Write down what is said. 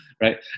right